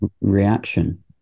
reaction